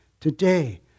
Today